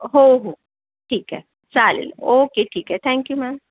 हो हो ठीक आहे चालेल ओके ठीक आहे थँक्यू मॅम